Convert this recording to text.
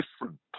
different